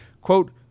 Quote